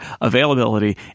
availability